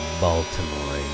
Baltimore